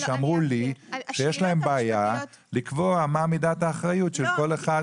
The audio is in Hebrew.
שאמרו לי שיש להם בעיה לקבוע מהי מידת האחריות של כל אחד.